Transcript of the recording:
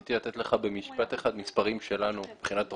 רציתי לתת לך במשפט אחד מספרים שלנו מבחינת רופאים,